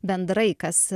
bendrai kas